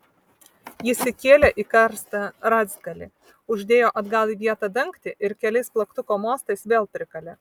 jis įkėlė į karstą rąstgalį uždėjo atgal į vietą dangtį ir keliais plaktuko mostais vėl prikalė